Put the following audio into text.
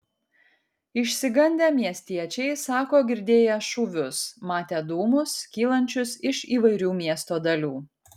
išsigandę miestiečiai sako girdėję šūvius matę dūmus kylančius iš įvairių miesto dalių